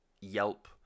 yelp